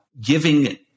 giving